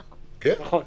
נכון.